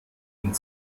und